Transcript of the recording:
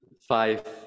five